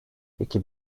iki